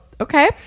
okay